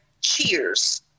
cheers